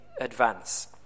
advance